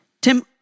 Tim